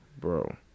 Bro